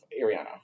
ariana